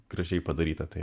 gražiai padaryta tai